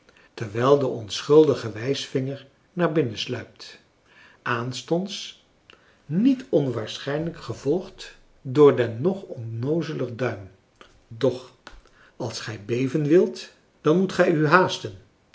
terwijl de onschuldige wijsvinger naar binnen sluipt aanstonds niet onwaarschijnlijk gevolgd door den nog onnoozeler duim doch als gij beven wilt dan moet gij u haasten